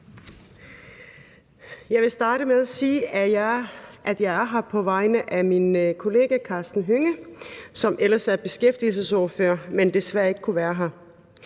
Jeg vil starte med at sige, at jeg er her på vegne af min kollega Karsten Hønge, som ellers er beskæftigelsesordfører, men som desværre ikke kunne være her.